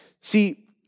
See